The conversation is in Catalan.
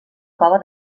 cova